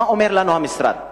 מה אומר לנו המשרד בזה?